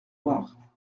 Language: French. noirs